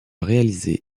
réalisé